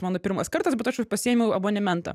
mano pirmas kartas bet aš pasiėmiau abonementą